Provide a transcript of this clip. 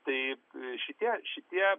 taip šitie šitie